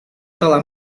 telah